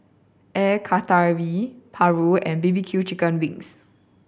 Air Karthira Paru and B B Q chicken wings